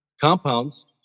compounds